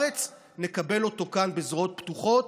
נקבל אותו כאן בזרועות פתוחות.